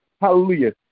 Hallelujah